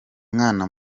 mwana